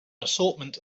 assortment